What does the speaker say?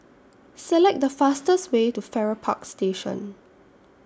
Select The fastest Way to Farrer Park Station